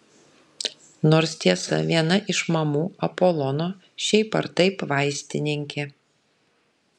nors tiesa viena iš mamų apolono šiaip ar taip vaistininkė